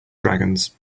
dragons